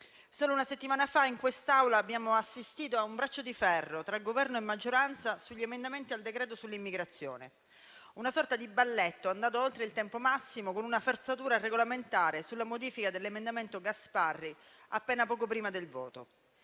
solo una settimana fa in quest'Aula abbiamo assistito a un braccio di ferro tra Governo e maggioranza sugli emendamenti al decreto-legge sull'immigrazione: una sorta di balletto andato oltre il tempo massimo, con una forzatura regolamentare sulla modifica dell'emendamento Gasparri appena poco prima del voto.